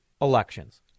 elections